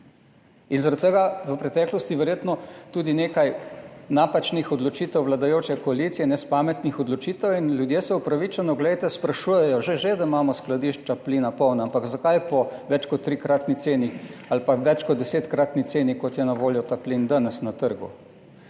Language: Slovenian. Zaradi tega v preteklosti verjetno tudi nekaj napačnih odločitev vladajoče koalicije, nespametnih odločitev. Ljudje se upravičeno sprašujejo, že že, da imamo skladišča plina polna, ampak zakaj po več kot trikratni ceni ali pa več kot desetkratni ceni, kot je na voljo ta plin danes na trgu.